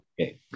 Okay